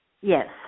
Yes